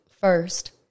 first